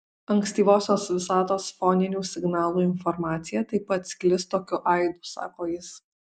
ankstyvosios visatos foninių signalų informacija taip pat sklis tokiu aidu sako jis